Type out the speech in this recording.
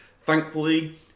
thankfully